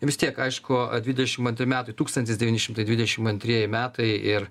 vis tiek aišku dvidešim antri metai tūkstantis devyni šimtai dvidešim antrieji metai ir